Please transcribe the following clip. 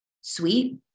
Sweet